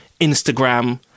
instagram